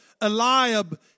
Eliab